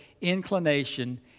inclination